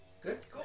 Good